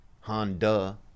Honda